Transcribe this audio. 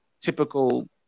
typical